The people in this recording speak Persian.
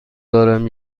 دارم